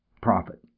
profit